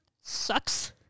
sucks